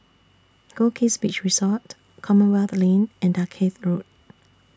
Goldkist Beach Resort Commonwealth Lane and Dalkeith Road